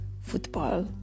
football